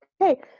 Okay